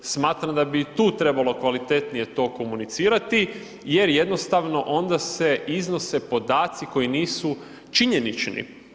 Smatram da bi i tu trebalo kvalitetnije to komunicirati jer jednostavno onda se iznose podaci koji nisu činjenični.